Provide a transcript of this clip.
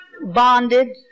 bonded